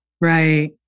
right